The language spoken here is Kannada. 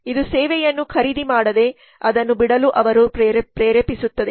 ಇದು ಸೇವೆಯನ್ನು ಖರೀದಿ ಮಾಡದೇ ಅದನ್ನು ಬಿಡಲು ಅವರನ್ನು ಪ್ರೇರೇಪಿಸುತ್ತದೆ